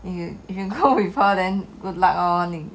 if you if you go before then good luck lor